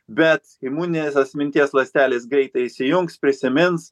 bet imuninės asminties ląstelės greitai įsijungs prisimins